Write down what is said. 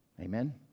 Amen